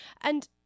and